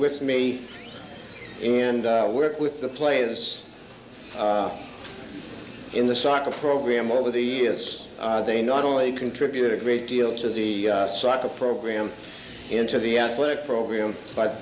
with me and work with the play this in the soccer program over the years they not only contribute a great deal to the soccer program into the athletic program but